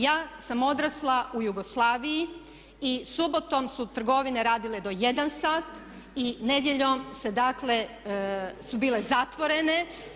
Ja sam odrasla u Jugoslaviji i subotom su trgovine radile do 13h i nedjeljom su bile zatvorene.